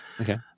Okay